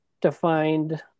defined